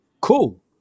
Cool